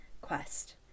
quest